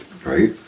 Right